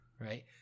Right